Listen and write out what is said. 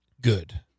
Good